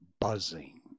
buzzing